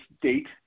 date